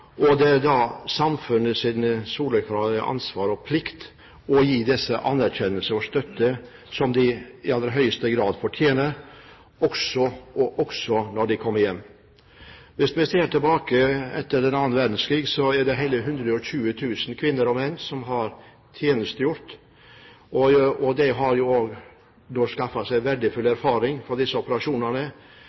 og det er da samfunnets soleklare ansvar og plikt å gi dem anerkjennelse og støtte, som de i aller høyeste grad fortjener, også når de kommer hjem. Hvis vi ser tilbake, er det etter annen verdenskrig hele 120 000 kvinner og menn som har tjenestegjort, og de har jo skaffet seg verdifull erfaring fra disse operasjonene,